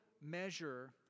measure